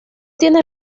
tiene